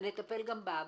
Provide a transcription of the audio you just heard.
ונטפל גם בה,